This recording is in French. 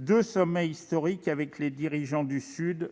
deux sommets historiques avec les dirigeants du Sud.